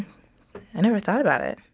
i never thought about it.